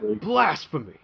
blasphemy